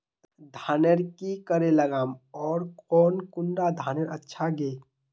धानेर की करे लगाम ओर कौन कुंडा धानेर अच्छा गे?